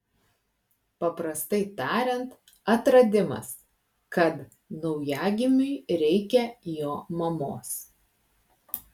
paprastai tariant atradimas kad naujagimiui reikia jo mamos